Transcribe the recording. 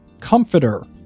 Comforter